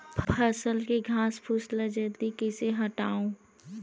फसल के घासफुस ल जल्दी कइसे हटाव?